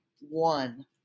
one